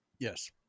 yes